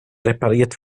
repariert